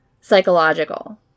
psychological